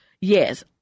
Yes